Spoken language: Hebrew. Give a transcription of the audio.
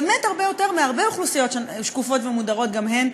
באמת הרבה יותר מהרבה אוכלוסיות שקופות ומודרות גם הן,